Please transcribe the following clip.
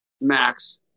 Max